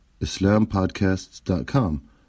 islampodcasts.com